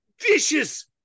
vicious